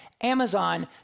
Amazon